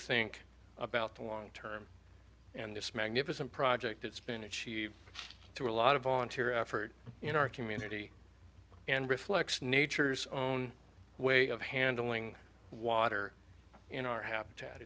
think about the long term and this magnificent project it's been achieved through a lot of volunteer effort in our community and reflects nature's own way of handling water in our habitat